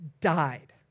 died